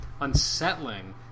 unsettling